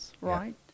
right